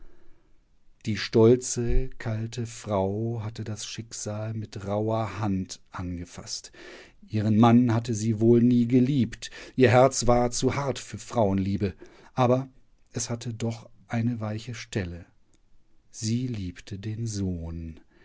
die stolze kalte frau hatte das schicksal mit rauher hand angefaßt ihren mann hatte sie wohl nie geliebt ihr herz war zu hart für frauenliebe aber es hatte doch eine weiche stelle sie liebte den sohn